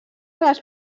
les